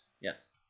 yes